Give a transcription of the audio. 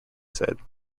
said